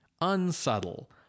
unsubtle